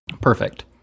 Perfect